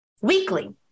weekly